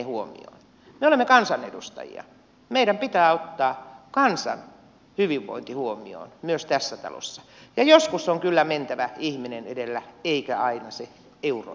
me olemme kansanedustajia meidän pitää ottaa kansan hyvinvointi huomioon myös tässä talossa ja joskus on kyllä mentävä ihminen edellä eikä aina se euro edellä